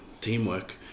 teamwork